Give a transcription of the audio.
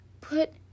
put